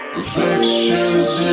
Reflections